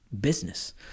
business